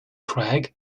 crag